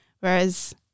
Whereas